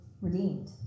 redeemed